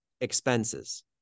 Expenses